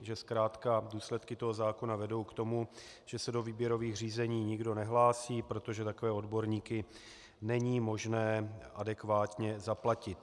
Že zkrátka důsledky toho zákona vedou k tomu, že se do výběrových řízení nikdo nehlásí, protože takové odborníky není možné adekvátně zaplatit.